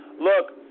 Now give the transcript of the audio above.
Look